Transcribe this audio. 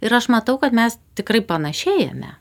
ir aš matau kad mes tikrai panašėjame